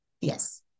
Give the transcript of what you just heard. Yes